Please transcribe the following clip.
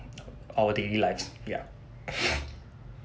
our daily lives ya